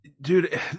Dude